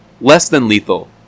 less-than-lethal